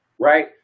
Right